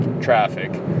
Traffic